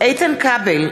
איתן כבל,